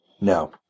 No